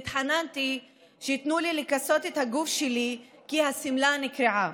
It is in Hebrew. התחננתי שייתנו לי לכסות את הגוף שלי כי השמלה נקרעה.